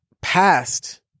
past